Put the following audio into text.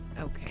Okay